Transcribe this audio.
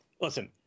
Listen